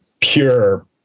pure